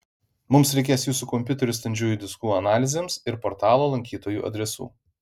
mums reikės jūsų kompiuterių standžiųjų diskų analizėms ir portalo lankytojų adresų